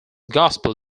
gospel